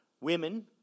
Women